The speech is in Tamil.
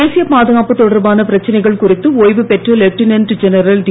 தேசியப் பாதுகாப்பு தொடர்பான பிரச்சனைகள் குறித்து ஓய்வுபெற்ற லெப்டினன்ட் ஜெனரல் டி